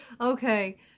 Okay